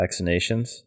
vaccinations